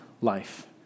life